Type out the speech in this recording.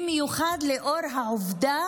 במיוחד לנוכח העובדה